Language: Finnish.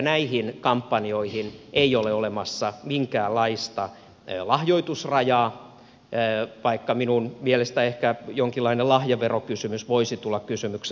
näihin kampanjoihin ei ole olemassa minkäänlaista lahjoitusrajaa vaikka minun mielestäni ehkä jonkinlainen lahjaverokysymys voisi tulla kysymykseen